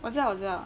我知道我知道